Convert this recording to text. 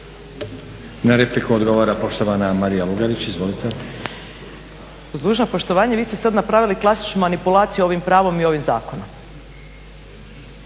Na repliku odgovara poštovana Marija Lugarić. Izvolite. **Lugarić, Marija (SDP)** Uz dužno poštovanje, vi ste sad napravili klasičnu manipulaciju ovim pravom i ovim zakonom.